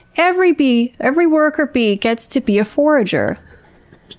every bee, every worker bee gets to be a forger.